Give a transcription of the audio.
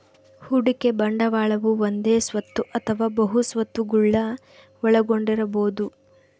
ಹೂಡಿಕೆ ಬಂಡವಾಳವು ಒಂದೇ ಸ್ವತ್ತು ಅಥವಾ ಬಹು ಸ್ವತ್ತುಗುಳ್ನ ಒಳಗೊಂಡಿರಬೊದು